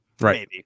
Right